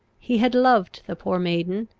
he had loved the poor maiden,